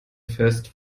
fest